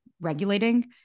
regulating